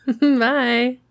Bye